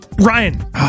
Ryan